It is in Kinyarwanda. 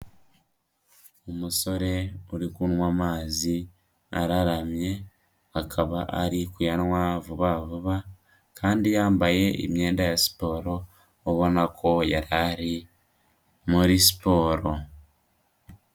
Umusore uri kunywa amazi araramye, akaba ari kuyanywa vuba vuba kandi yambaye imyenda ya siporo, ubona ko yari ari muri siporo.